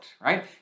right